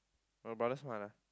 your brother smart ah